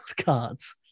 cards